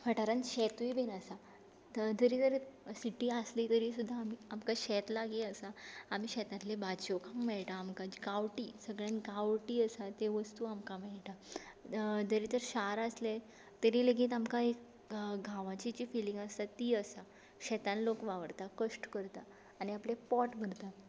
वाठारांत शेतूय बीन आसा थंय धरी दर सिटी आसली तरी सुद्दां आमी आमकां शेत लागीं आसा आमी शेतांतल्यो भाजयो खावंक मेळटा आमकां जें गांवठी सगळ्यान गांवठी आसा ते वस्तू आमकां मेळटा दरी तर शार आसलें तरी लेगीत आमकां एक गांवाची जी फिलींग आसता ती आसा शेतान लोग वावुरता कश्ट करता आनी आपलें पोट भरता